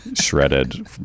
shredded